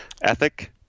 ethic